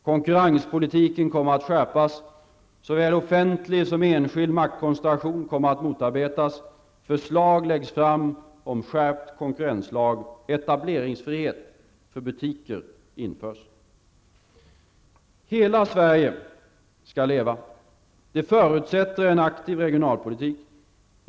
Konkurrenspolitiken kommer att skärpas. Såväl offentlig som enskild maktkoncentration kommer att motarbetas. Förslag läggs fram om skärpt konkurrenslag. Etableringsfrihet för butiker införs. Hela Sverige skall leva. Det förutsätter en aktiv regionalpolitik.